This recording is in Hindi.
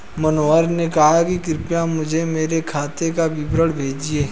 मनोहर ने कहा कि कृपया मुझें मेरे खाते का विवरण भेजिए